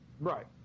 Right